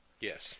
Yes